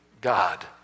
God